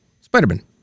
Spider-Man